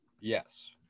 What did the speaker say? yes